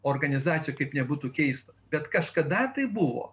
organizacijų kaip nebūtų keista bet kažkada tai buvo